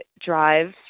drive